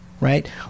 right